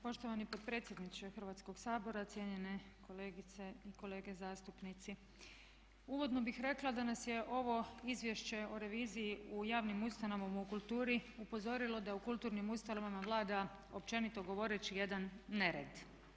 Poštovani potpredsjedniče Hrvatskog sabora, cijenjene kolegice i kolege zastupnici uvodno bih rekla da nas je ovo izvješće o reviziji u javnim ustanovama u kulturi upozorilo da u kulturnim ustanovama vlada općenito govoreći jedan nered.